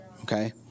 Okay